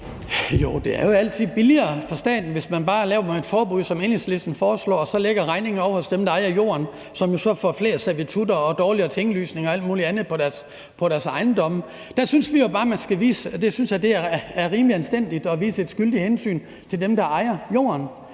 Jo, det er jo altid billigere for staten, hvis man bare laver et forbud, som Enhedslisten foreslår, og så lægger regningen ovre hos dem, der ejer jorden, som jo så får flere servitutter og dårligere tinglysning og alt muligt andet på deres ejendomme. Der synes vi jo bare, det er rimeligt og anstændigt at vise et skyldigt hensyn til dem, der ejer jorden.